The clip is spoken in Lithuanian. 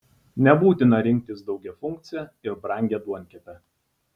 nebūtina rinktis daugiafunkcę ir brangią duonkepę